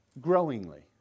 Growingly